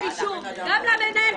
הישיבה ננעלה